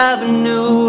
Avenue